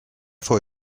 for